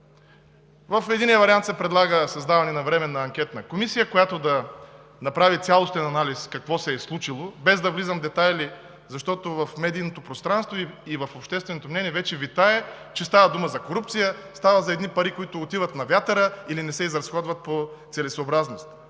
В единия вариант се предлага създаването на временна анкетна комисия, която да направи цялостен анализ какво се е случило. Няма да влизам в детайли, защото в общественото пространство и в общественото мнение вече витае, че става дума за корупция, става дума за пари, които отиват на вятъра или не се изразходват по целесъобразност.